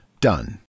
Done